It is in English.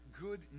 good